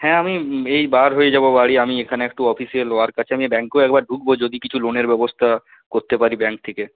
হ্যাঁ আমি এই বার হয়ে যাবো বাড়ি এখানে একটু অফিসিয়াল ওয়ার্ক আছে আমি ব্যাঙ্কেও একবার ঢুকবো যদি কিছু লোনের ব্যবস্থা করতে পারি ব্যাঙ্ক থেকে